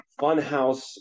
funhouse